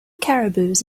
caribous